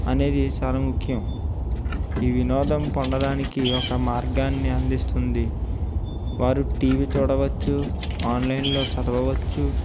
అనేది చాలా ముఖ్యం ఈ వినోదం పొందడానికి ఒక మార్గాన్ని అందిస్తుంది వారు టీవీ చూడవచ్చు ఆన్లైన్ లో చదవవచ్చు